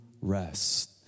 rest